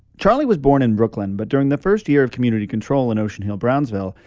charlie was born in brooklyn, but during the first year of community control in ocean hill-brownsville,